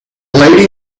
lady